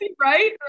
Right